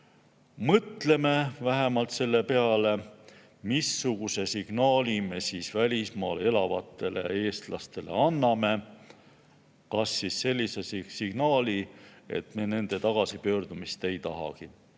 mõtleme vähemalt selle peale, missuguse signaali me välismaal elavatele eestlastele anname. Kas sellise signaali, et me nende tagasipöördumist ei tahagi?